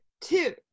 two